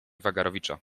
wagarowicza